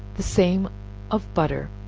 the same of butter,